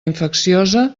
infecciosa